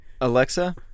Alexa